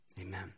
amen